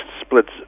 splits